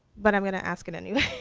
but i'm gonna ask it anyway.